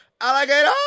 Alligator